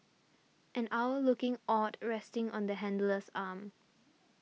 an owl looking awed resting on the handler's arm